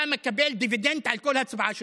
אתה מקבל דיבידנד על כל הצבעה שלך.